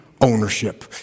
ownership